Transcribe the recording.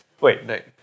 wait